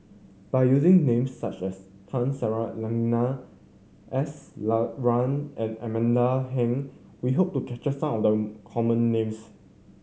by using names such as Tun Sri Lanang S Iswaran and Amanda Heng we hope to capture some of the common names